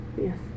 Yes